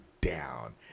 Down